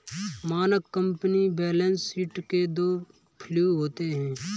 मानक company balance sheet के दो फ्लू होते हैं